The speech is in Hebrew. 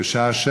אז אנחנו